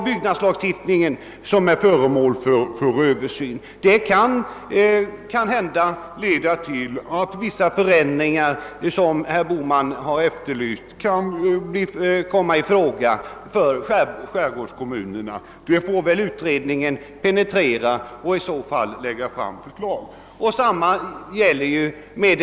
Byggnadslagstiftningen är föremål för en översyn som måhända kan leda till att vissa förändringar för skärgårdskommunerna som herr Bohman har efterlyst kommer i fråga — utredningen får väl penetrera den saken och lägga fram förslag, om det behövs.